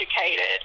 educated